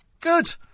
Good